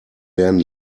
werden